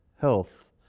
health